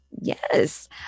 Yes